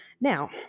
Now